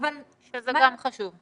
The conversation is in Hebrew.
אני שואלת איפה משרד החינוך,